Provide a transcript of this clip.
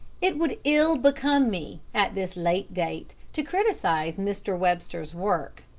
it would ill become me, at this late date, to criticise mr. webster's work,